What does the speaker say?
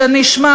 שנשמע